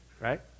right